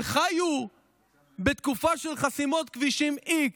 שחיו בתקופה של חסימות כבישים x